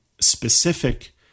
specific